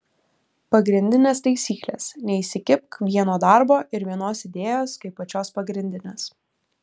pagrindinės taisyklės neįsikibk vieno darbo ir vienos idėjos kaip pačios pagrindinės